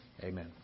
amen